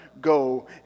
go